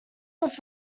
was